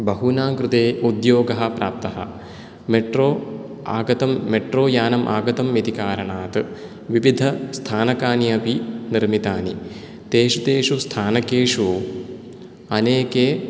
बहूनां कृते उद्योगः प्राप्तः मेट्रो आगतं मेट्रोयानम् आगतम् इति कारणात् विविधस्थानकानि अपि निर्मितानि तेषु तेषु स्थानकेषु अनेके